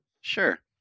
Sure